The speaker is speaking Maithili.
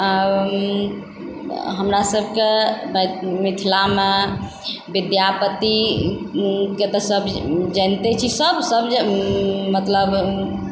हमरा सबके मैथ मिथिलामे विद्यापति के तऽ सब जानिते छी सब सब जे मतलब